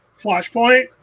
Flashpoint